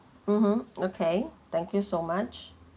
mmhmm okay thank you so much